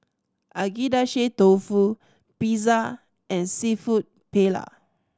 Agedashi Dofu Pizza and Seafood Paella